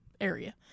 area